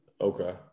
okay